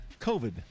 COVID